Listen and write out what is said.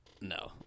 no